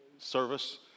service